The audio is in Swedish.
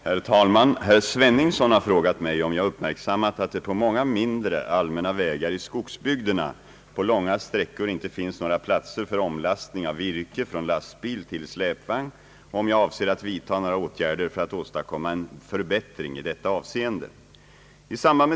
Herr talman! Herr Sveningsson har frågat mig om jag uppmärksammat att det på många mindre allmänna vägar i skogsbygderna på långa vägsträckor inte finns några platser för omlastning av virke från lastbil till släpvagn och om jag avser att vidtaga några åtgärder för att åstadkomma en förbättring i detta avseende.